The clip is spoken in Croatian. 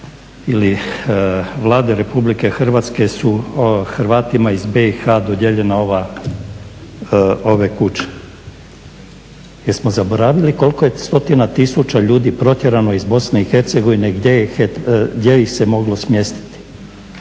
ili Vlade RH su Hrvatima iz BiH dodijeljene ove kuće. Jesmo zaboravili koliko je stotina tisuća ljudi protjerano iz BiH? gdje ih se moglo smjestiti?